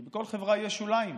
כי בכל חברה יש שוליים,